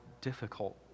difficult